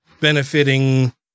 benefiting